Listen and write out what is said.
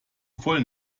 voll